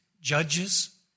Judges